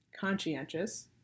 conscientious